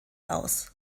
aus